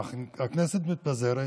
הכנסת מתפזרת,